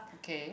okay